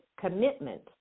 commitment